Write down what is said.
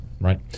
right